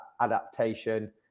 adaptation